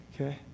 Okay